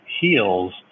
heals